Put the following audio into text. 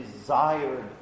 desired